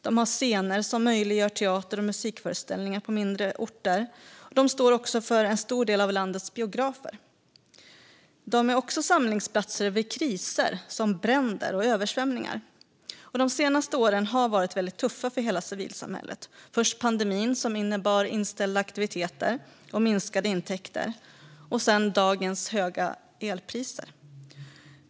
De har scener som möjliggör teater och musikföreställningar på mindre orter. De står för en stor del av landets biografer. De är också samlingsplatser vid kriser, som bränder och översvämningar. De senaste åren har varit väldigt tuffa för hela civilsamhället. Först var det pandemin, som innebar inställda aktiviteter och minskade intäkter. Och sedan är det dagens höga elpriser.